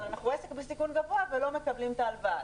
אבל אנחנו עסק בסיכון גבוה ולא מקבלים את ההלוואה.